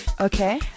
Okay